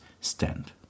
stand